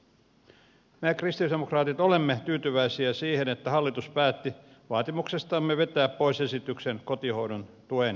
me kristillisdemokraatit olemme tyytyväisiä siihen että hallitus päätti vaatimuksestamme vetää pois esityksen kotihoidon tuen kiintiöittämisestä